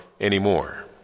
anymore